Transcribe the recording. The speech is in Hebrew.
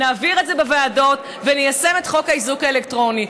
נעביר את זה בוועדות וניישם את חוק האיזוק האלקטרוני.